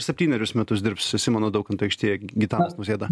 septynerius metus dirbs simono daukanto aikštėje gitanas nausėda